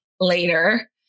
later